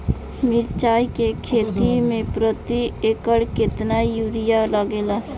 मिरचाई के खेती मे प्रति एकड़ केतना यूरिया लागे ला?